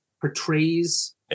portrays